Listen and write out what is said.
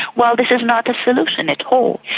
well, this is not a solution at all.